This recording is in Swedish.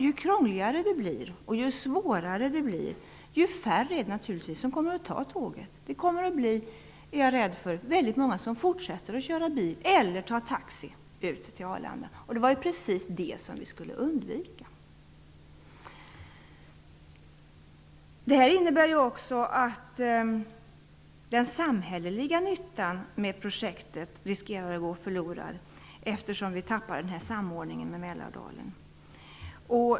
Ju krångligare och svårare det blir, desto färre är det naturligtvis som kommer att ta tåget. Jag är rädd för att väldigt många kommer att fortsätta att köra bil eller ta taxi ut till Arlanda. Det var precis det som vi skulle undvika. Det innebär också att den samhälleliga nyttan med projektet riskerar att gå förlorad, eftersom vi tappar samordningen med Mälardalen.